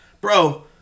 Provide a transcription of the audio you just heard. bro